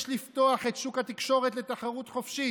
יש לפתוח את שוק התקשורת לתחרות חופשית,